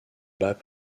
bas